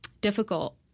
difficult